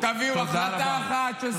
תביאו החלטה אחת -- תודה רבה.